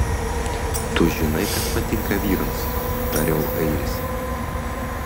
tu žinai kas patinka vyrams tariau airis